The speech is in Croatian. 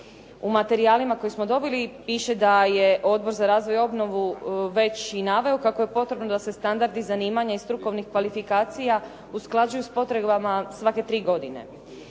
U materijalima koje smo dobili piše da je Odbor za razvoj i obnovu već i naveo kako je potrebno da se standardi zanimanja i strukovnih kvalifikacija usklađuju s potrebama svake tri godine.